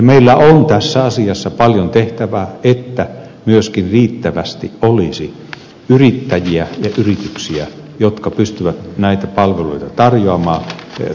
meillä on tässä asiassa paljon tehtävää että myöskin riittävästi olisi yrittäjiä ja yrityksiä jotka pystyvät näitä palveluita tarjoamaan laadukkaasti ja toimivasti